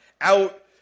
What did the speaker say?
out